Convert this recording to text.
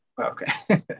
okay